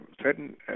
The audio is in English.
certain